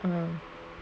uh ya